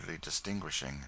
distinguishing